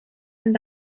and